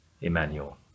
Emmanuel